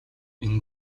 энэ